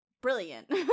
brilliant